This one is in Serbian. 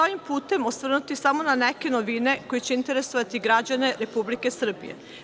Ovim putem ću se osvrnuti samo na neke novine koje će interesovati građane Republike Srbije.